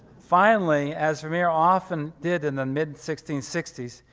finally, as vermeer often did in the mid sixteen sixty s,